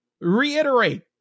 reiterate